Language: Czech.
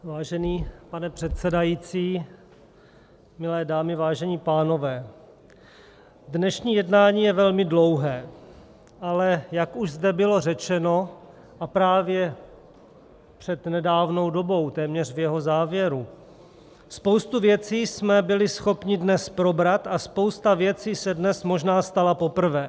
Vážený pane předsedající, milé dámy, vážení pánové, dnešní jednání je velmi dlouhé, ale jak už zde bylo řečeno, a právě před nedávnou dobou, téměř v jeho závěru, spoustu věcí jsme byli schopni dnes probrat a spousta věcí se dnes možná stala poprvé.